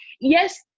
yes